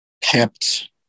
kept